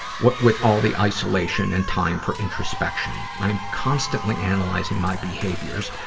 what with all the isolation and time for introspection. i'm constantly analyzing my behaviors,